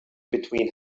between